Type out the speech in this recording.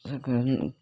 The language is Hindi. यह हम